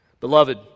Beloved